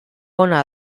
ona